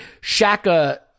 Shaka